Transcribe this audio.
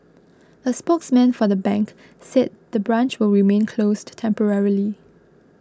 a spokesman for the bank said the branch will remain closed to temporarily